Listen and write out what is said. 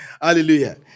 hallelujah